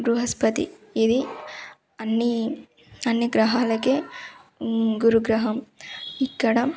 బృహస్పతి ఇది అన్నీ అన్ని గ్రహాలకే గురు గ్రహం ఇక్కడ